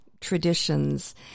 traditions